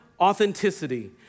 authenticity